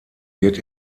wird